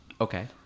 Okay